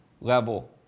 level